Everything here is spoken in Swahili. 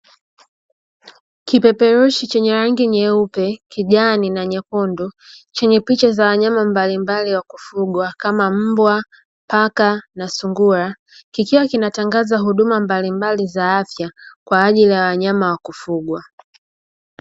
Kipeperushi chenye rangi nyeupe, kijani na nyekundu, chenye picha za wanyama mbalimbali wa kufugwa kama mbwa, paka na sungura, kikiwa kinatangaza huduma mbalimbali za afya kwa ajili ya wanyama wa kufugwa.